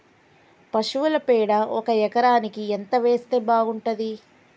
పశువుల పేడ ఒక ఎకరానికి ఎంత వేస్తే బాగుంటది?